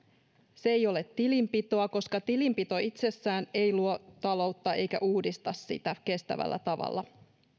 se ei ole tilinpitoa koska tilinpito itsessään ei luo taloutta eikä uudista sitä kestävällä tavalla